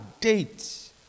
dates